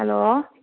hello